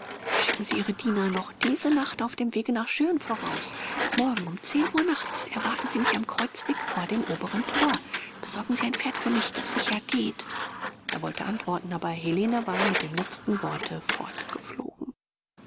schicken sie ihre diener noch diese nacht auf dem wege nach jougne voraus morgen um zehn uhr nachts erwarten sie mich am kreuzweg vor dem oberen thor besorgen sie ein pferd für mich das sicher geht er wollte antworten aber helene war mit dem letzten worte